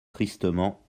tristement